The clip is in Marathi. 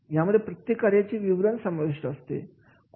यामध्ये प्रत्येक कार्याचे विवरण समाविष्ट असते